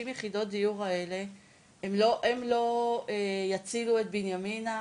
יחידות דיור האלה הן לא יצילו את בנימינה,